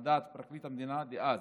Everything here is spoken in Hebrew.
על דעת פרקליט המדינה דאז,